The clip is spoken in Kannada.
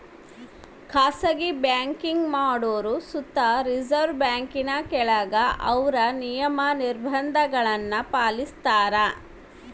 ಖಾಸಗಿ ಬ್ಯಾಂಕಿಂಗ್ ಮಾಡೋರು ಸುತ ರಿಸರ್ವ್ ಬ್ಯಾಂಕಿನ ಕೆಳಗ ಅವ್ರ ನಿಯಮ, ನಿರ್ಭಂಧಗುಳ್ನ ಪಾಲಿಸ್ತಾರ